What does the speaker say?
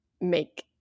make